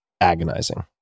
agonizing